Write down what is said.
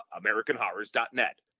AmericanHorrors.net